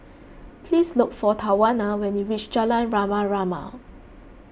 please look for Tawanna when you reach Jalan Rama Rama